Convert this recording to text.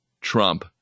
trump